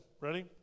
Ready